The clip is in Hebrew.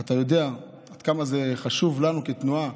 ואתה יודע עד כמה זה חשוב לנו כתנועה,